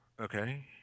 okay